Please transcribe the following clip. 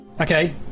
Okay